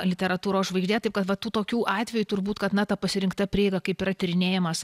literatūros žvaigždė taip kad va tų tokių atvejų turbūt kad na ta pasirinkta prieiga kaip yra tyrinėjamas